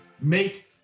make